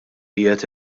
qiegħed